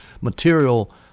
material